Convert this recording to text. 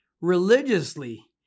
religiously